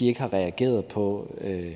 ikke har reageret i